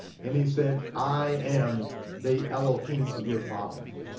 and he said i am the elohim of your father.